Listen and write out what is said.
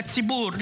לציבור,